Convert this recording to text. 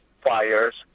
fires